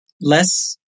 less